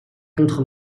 contre